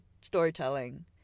storytelling